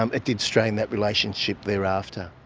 um it did strain that relationship thereafter.